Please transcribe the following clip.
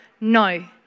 no